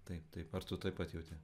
taip taip ar tu taip pat jauti